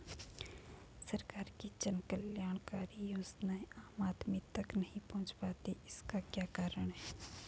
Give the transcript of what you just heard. सरकार की जन कल्याणकारी योजनाएँ आम आदमी तक नहीं पहुंच पाती हैं इसका क्या कारण है?